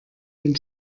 den